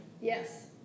Yes